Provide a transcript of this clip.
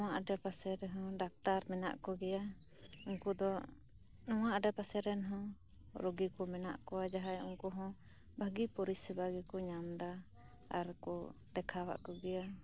ᱱᱚᱣᱟ ᱟᱰᱮᱯᱟᱥᱮ ᱨᱮᱦᱚᱸ ᱰᱟᱠᱛᱟᱨ ᱢᱮᱱᱟᱜ ᱠᱚᱜᱮᱭᱟ ᱩᱱᱠᱩ ᱫᱚ ᱱᱚᱣᱟ ᱟᱰᱮᱯᱟᱥᱮ ᱨᱮᱱ ᱦᱚᱸ ᱨᱩᱜᱤ ᱠᱚ ᱢᱮᱱᱟᱜ ᱠᱚᱣᱟ ᱡᱟᱦᱟᱭ ᱩᱱᱠᱩ ᱵᱷᱟᱹᱜᱤ ᱯᱚᱨᱤᱥᱮᱵᱟ ᱜᱮᱠᱩ ᱧᱟᱢ ᱮᱫᱟ ᱟᱨ ᱠᱚ ᱫᱮᱠᱷᱟᱣᱭᱟᱫ ᱠᱚᱜᱮᱭᱟ